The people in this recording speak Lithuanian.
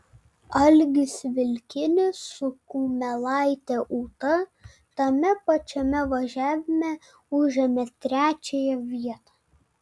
algis vilkinis su kumelaite ūta tame pačiame važiavime užėmė trečiąją vietą